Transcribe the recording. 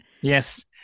Yes